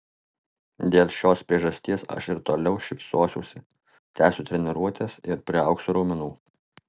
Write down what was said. dėl šios priežasties aš ir toliau šypsosiuosi tęsiu treniruotes ir priaugsiu raumenų